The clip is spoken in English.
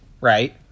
right